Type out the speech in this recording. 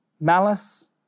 malice